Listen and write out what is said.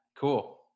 cool